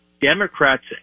Democrats